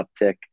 uptick